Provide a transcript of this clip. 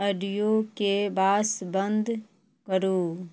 ऑडिओके बास बन्द करू